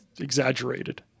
exaggerated